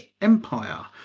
Empire